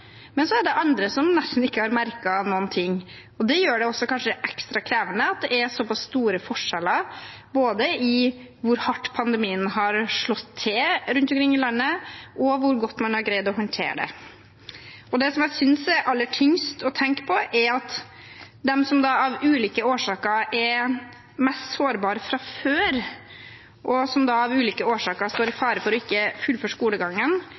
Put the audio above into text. er andre som nesten ikke har merket noen ting. Det gjør det kanskje ekstra krevende at det er såpass store forskjeller i både hvor hardt pandemien har slått til rundt omkring i landet, og hvor godt man har greid å håndtere det. Det jeg synes er aller tyngst å tenke på, er at de som av ulike årsaker er mest sårbare fra før, og som da av ulike årsaker står i fare for å ikke fullføre skolegangen,